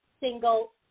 single